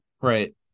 right